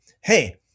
hey